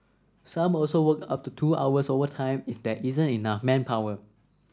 some also work up to two hours overtime if there isn't enough manpower